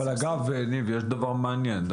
אגב, ניב, יש דבר מעניין.